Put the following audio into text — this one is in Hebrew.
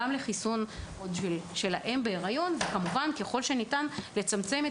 לחיסון של האם בהיריון וכמובן שככל שניתן לצמצם את